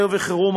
משבר הדיור,